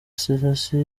selassie